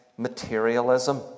materialism